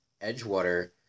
Edgewater